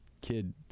kid